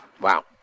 Wow